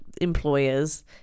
employers